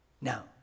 Now